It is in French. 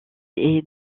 est